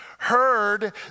heard